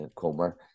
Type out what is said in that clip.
Comer